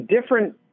different –